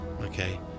okay